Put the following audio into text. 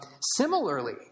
Similarly